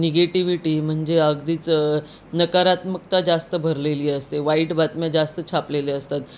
negativity म्हणजे अगदीच नकारात्मकता जास्त भरलेली असते वाईट बातम्या जास्त छापलेले असतात